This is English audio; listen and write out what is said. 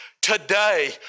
Today